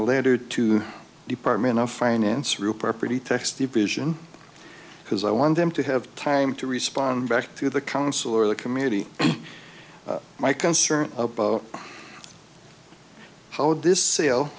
a letter to the department of finance real property tax division because i want them to have time to respond back to the council or the committee my concern about how this sale